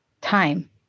time